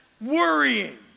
worrying